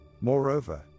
Moreover